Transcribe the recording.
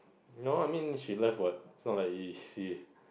no I mean she left what is not like you see